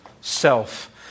self